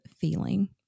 feeling